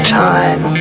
time